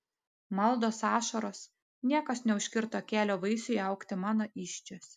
maldos ašaros niekas neužkirto kelio vaisiui augti mano įsčiose